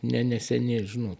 ne neseni žinot